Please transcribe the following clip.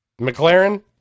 McLaren